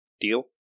deal